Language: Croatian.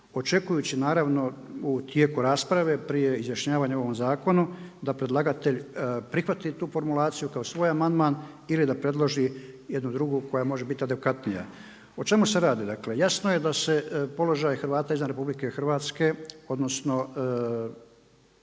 očekujući naravno u tijeku rasprave prije izjašnjavanja o ovom zakonu da predlagatelj prihvati tu formulaciju kao svoj amandman ili da predloži jednu drugu koja može biti adekvatnija. O čemu se radi? Dakle, jasno je da se položaj Hrvata izvan RH, odnosno Hrvata